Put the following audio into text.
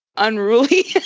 unruly